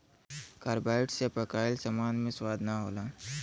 carbide से पकाइल सामान मे स्वाद ना होला